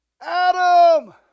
Adam